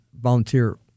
volunteer